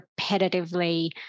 repetitively